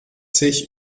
sich